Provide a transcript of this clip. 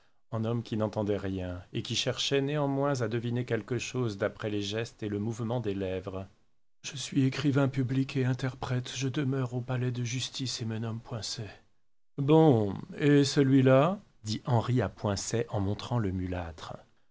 en homme qui n'entendait rien et qui cherchait néanmoins à deviner quelque chose d'après les gestes et le mouvement des lèvres je suis écrivain public et interprète je demeure au palais de justice et me nomme poincet bon et celui-là dit henri à poincet en montrant le mulâtre